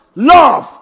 love